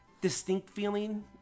distinct-feeling